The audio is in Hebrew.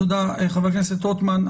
תודה, חבר הכנסת רוטמן.